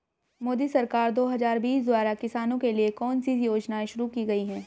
मोदी सरकार दो हज़ार बीस द्वारा किसानों के लिए कौन सी योजनाएं शुरू की गई हैं?